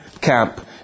camp